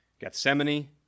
Gethsemane